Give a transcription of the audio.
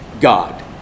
God